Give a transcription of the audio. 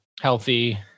healthy